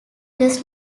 does